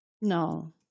No